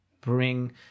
bring